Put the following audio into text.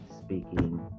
speaking